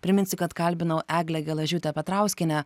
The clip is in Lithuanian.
priminsiu kad kalbinau eglę gelažiūtę petrauskienę